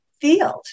field